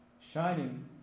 shining